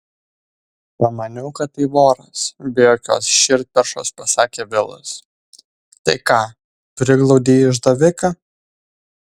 pamaniau kad tai voras be jokios širdperšos pasakė vilas tai ką priglaudei išdaviką